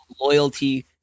loyalty